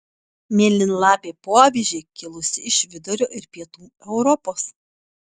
mėlynlapė poavižė kilusi iš vidurio ir pietų europos